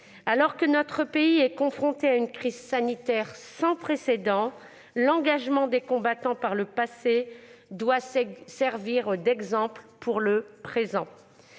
Alors que notre pays est confronté à une crise sanitaire sans précédent, l'engagement des combattants dans le passé doit servir d'exemple pour le présent.